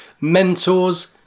mentors